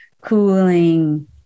cooling